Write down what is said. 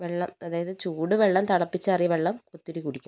വെള്ളം അതായത് ചൂട് വെള്ളം തിളപ്പിച്ചാറിയ വെള്ളം ഒത്തിരി കുടിക്കും